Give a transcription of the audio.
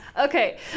Okay